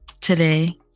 today